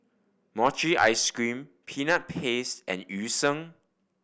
mochi ice cream Peanut Paste and Yu Sheng